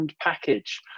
package